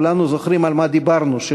כולנו זוכרים על מה דיברנו,